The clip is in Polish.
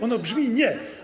Ona brzmi: nie.